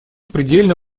предельно